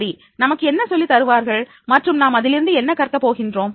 சரி நமக்கு என்ன சொல்லித் தருவார்கள் மற்றும் நாம் அதிலிருந்து என்ன கற்கப் போகின்றோம்